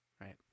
right